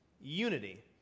unity